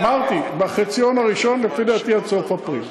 אמרתי, בחציון הראשון, לפי דעתי עד סוף אפריל.